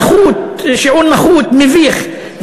נחות, שיעור נחות, מביך.